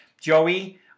Joey